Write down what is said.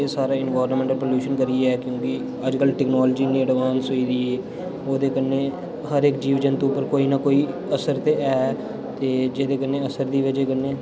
एह सारे environmental pollution करियै क्योंकि अज्ज कल टेक्नोलॉजी इ'न्नी एडवांस होई दी ओह्दे कन्नै हर इक जीव जंतु उप्पर कोई ना कोई असर ते ऐ ते जेह्दे कन्नै असर की बजह् कन्नै